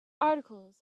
articles